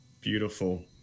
Beautiful